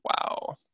wow